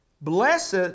Blessed